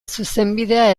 zuzenbidea